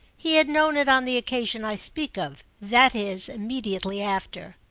he had known it on the occasion i speak of that is immediately after.